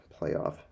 playoff